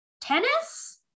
tennis